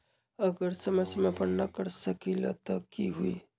अगर समय समय पर न कर सकील त कि हुई?